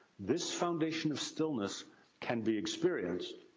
this foundation of stillness can be experienced,